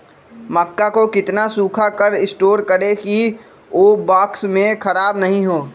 मक्का को कितना सूखा कर स्टोर करें की ओ बॉक्स में ख़राब नहीं हो?